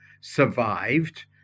survived